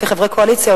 כחברי קואליציה,